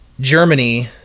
Germany